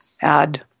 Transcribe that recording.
add